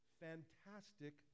fantastic